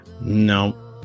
No